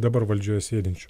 dabar valdžioje sėdinčių